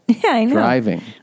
driving